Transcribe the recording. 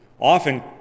often